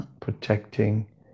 protecting